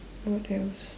what else